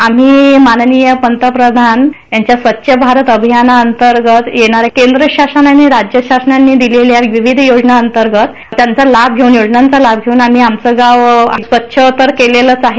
आम्ही माननीय पंतप्रधान यांच्या स्वच्छ भारत अभियानांतर्गत येणाऱ्या केंद्र शासन आणि राज्य शासनाने दिलेल्या विविध योजनांच्या अंतर्गत या योजनांचा लाभ घेऊन आम्ही आमचं गाव स्वच्छ तर केलेलच आहे